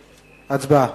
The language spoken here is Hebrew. הצבעה.